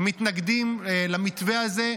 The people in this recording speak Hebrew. מתנגדים למתווה הזה.